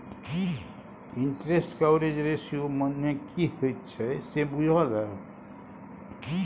Interest coverage ratio मने की होइत छै से बुझल यै?